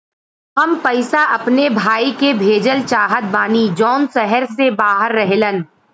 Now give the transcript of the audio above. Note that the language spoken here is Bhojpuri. हम पैसा अपने भाई के भेजल चाहत बानी जौन शहर से बाहर रहेलन